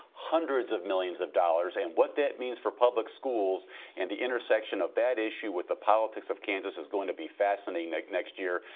hundreds of millions of dollars, and what that means for public schools and the intersection of that issue with the politics of kansas is going to be fascinating next next year.